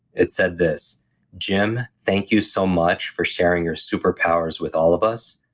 it said this jim, thank you so much for sharing your superpowers with all of us.